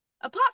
Apart